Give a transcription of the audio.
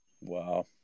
Wow